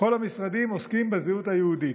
כל המשרדים עוסקים בזהות היהודית.